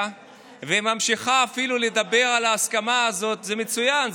והיא ממשיכה לדבר על ההסכמה הזאת זה מצוין,